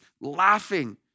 laughing